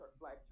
black